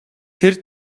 тэр